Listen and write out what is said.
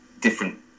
different